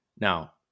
Now